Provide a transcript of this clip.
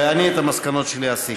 אני את המסקנות שלי אסיק.